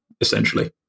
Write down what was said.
essentially